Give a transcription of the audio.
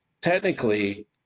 technically